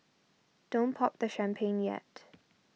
don't pop the champagne yet